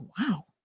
wow